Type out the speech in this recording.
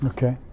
Okay